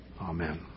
Amen